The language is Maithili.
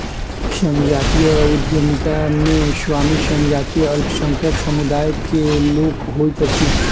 संजातीय उद्यमिता मे स्वामी संजातीय अल्पसंख्यक समुदाय के लोक होइत अछि